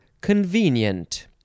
convenient